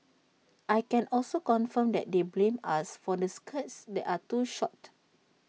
I can also confirm that they blamed us for the skirts that are too short